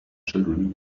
children